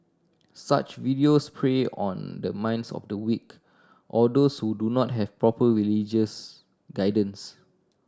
such videos prey on the minds of the weak or those who do not have proper religious guidance